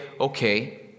okay